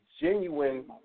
genuine